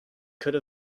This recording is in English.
could